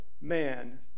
man